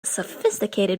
sophisticated